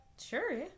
Sure